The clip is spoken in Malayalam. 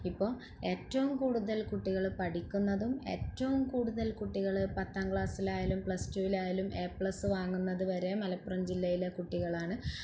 ഇപ്പോൾ ഏറ്റവും കൂടുതല് കുട്ടികള് പഠിക്കുന്നതും ഏറ്റവും കൂടുതല് കുട്ടികൾ പത്താം ക്ലാസിലായാലും പ്ലസ് ടുവിലായാലും എ പ്ലസ് വാങ്ങുന്നതുവരെ മലപ്പുറം ജില്ലയിലെ കുട്ടികളാണ്